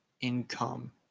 income